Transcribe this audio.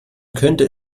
könnte